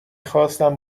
خواستم